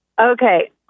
Okay